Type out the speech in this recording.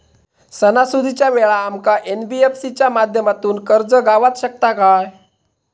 सणासुदीच्या वेळा आमका एन.बी.एफ.सी च्या माध्यमातून कर्ज गावात शकता काय?